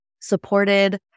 supported